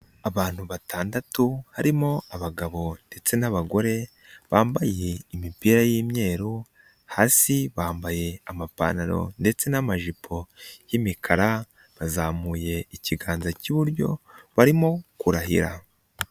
Abantu batandatu, barimo abagabo ndetse n'abagore, bambaye imipira y'imweru, hasi bambaye amapantaro ndetse n'amajipo y'imikara, bazamuye ikiganza cy'iburyo barimo kurahira.